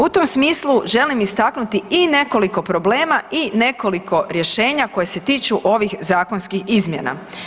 U tom smislu želim istaknuti i nekoliko problema i nekoliko rješenja koji se tiču ovih zakonskih izmjena.